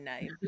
name